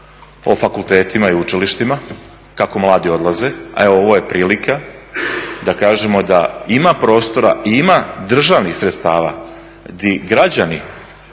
o fakultetima i učilištima kako mladi odlaze a evo ovo je prilika da kažemo da ima prostora i ima državnih sredstava gdje građani